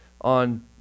on